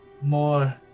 more